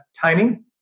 timing